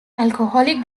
alcoholic